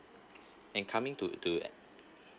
and coming to to at~